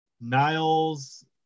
Niles